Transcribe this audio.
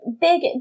big